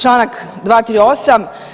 Članak 238.